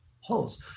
holes